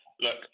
look